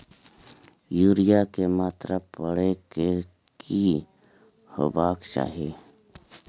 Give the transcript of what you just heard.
Urea के मात्रा परै के की होबाक चाही?